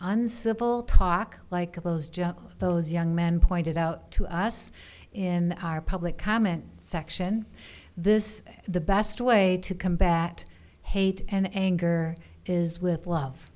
uncivil talk like those just those young men pointed out to us in our public comment section this the best way to combat hate and anger is with love